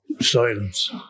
Silence